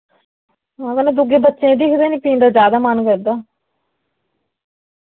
हां कन्नै दुगे बच्चें दिक्खदे नी फ्ही इं'दा ज्यादा मन करदा